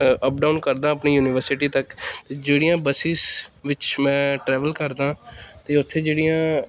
up down ਕਰਦਾ ਆਪਣੀ university ਤੱਕ ਜਿਹੜੀਆਂ ਬਸਿਸ ਵਿੱਚ ਮੈਂ ਟਰੈਵਲ ਕਰਦਾ ਅਤੇ ਉੱਥੇ ਜਿਹੜੀਆਂ